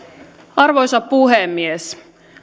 arvoisa puhemies